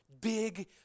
big